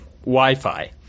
Wi-Fi